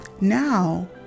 Now